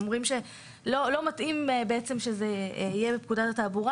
הם אומרים שלא מתאים שזה יהיה בפקודת התעבורה